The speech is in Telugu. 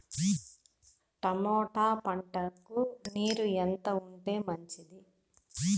టమోటా పంటకు నీరు ఎంత ఉంటే మంచిది?